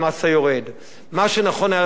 מה שנכון היה לעשות בתקופה של רווחה,